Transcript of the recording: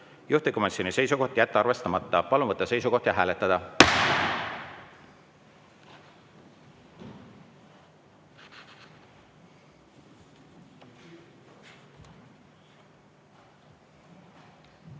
juhtivkomisjoni seisukoht: jätta arvestamata. Palun võtta seisukoht ja hääletada!